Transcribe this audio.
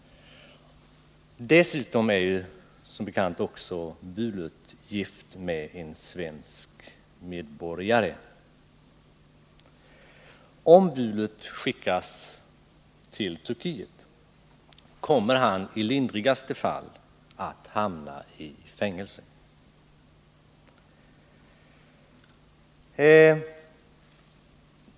Till saken hör som bekant också att Bulut är gift med en svensk medborgare. Om Bulut skickas till Turkiet kommer han i lindrigaste fall att hamna i fängelse.